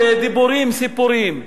דיבורים וסיפורים.